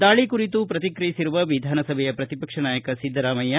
ದಾಳಿ ಕುರಿತು ಪ್ರತಿಕ್ರಿಯಿಸಿರುವ ವಿಧಾನಸಭೆ ಪ್ರತಿಪಕ್ಷ ನಾಯಕ ಸಿದ್ದರಾಮಯ್ಯ